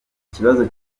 kibazo